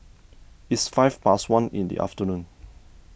its five past one in the afternoon